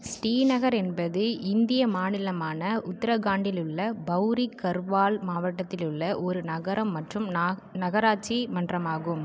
ஸ்ரீநகர் என்பது இந்திய மாநிலமான உத்தரகாண்டில் உள்ள பௌரி கர்வால் மாவட்டத்தில் உள்ள ஒரு நகரம் மற்றும் நகராட்சி மன்றமாகும்